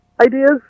ideas